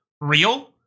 real